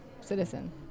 citizen